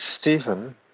Stephen